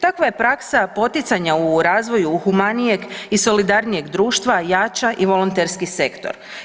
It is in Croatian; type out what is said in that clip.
Takva praksa poticanja u razvoju humanijeg i solidarnijeg društva jača i volonterski sektor.